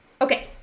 Okay